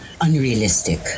unrealistic